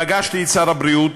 פגשתי את שר הבריאות,